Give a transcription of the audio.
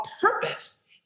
purpose